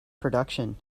production